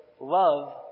love